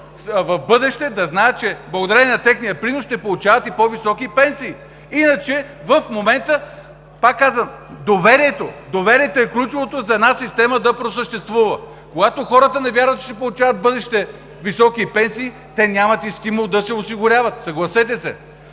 в бъдеще да знаят, че благодарение на техния принос ще получават и по-високи пенсии. Иначе в момента, пак казвам, доверието е ключовото за една система да просъществува. Когато хората не вярват, че ще получават в бъдеще високи пенсии, те нямат и стимул да се осигуряват, съгласете се.